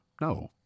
no